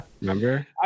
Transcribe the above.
Remember